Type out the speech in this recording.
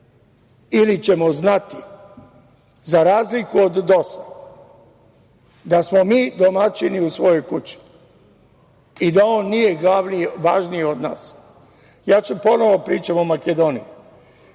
ili ćemo znati, za razliku od DOS-a, da smo mi domaćini u svojoj kući i da on nije glavni, važniji od nas. Ponovo ću da pričam o Makedoniji.